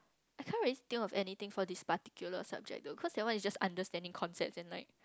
I can't really think of anything for this particular subject though cause that one is just understanding concept and like